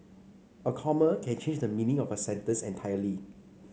a comma can change the meaning of a sentence entirely